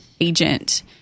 agent